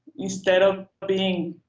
instead of being